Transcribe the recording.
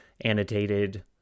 annotated